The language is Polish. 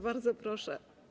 Bardzo proszę.